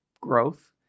growth